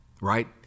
right